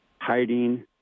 hiding